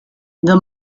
the